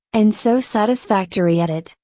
and so satisfactory at it,